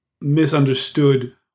misunderstood